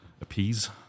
appease